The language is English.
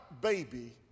baby